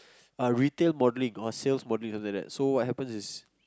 uh retail modelling or sales modelling something like that so what happens is